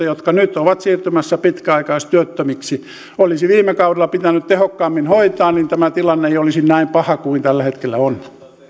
jotka nyt ovat siirtymässä pitkäaikaistyöttömiksi olisi viime kaudella pitänyt tehokkaammin hoitaa niin tämä tilanne ei olisi näin paha kuin se tällä hetkellä on otetaan